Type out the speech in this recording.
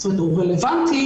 הוא היה רלוונטי,